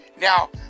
Now